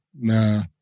Nah